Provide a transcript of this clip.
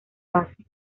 base